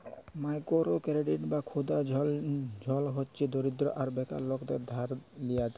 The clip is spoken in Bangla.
মাইকোরো কেরডিট বা ক্ষুদা ঋল হছে দরিদ্র আর বেকার লকদের ধার লিয়া টাকা